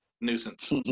nuisance